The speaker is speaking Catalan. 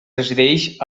resideix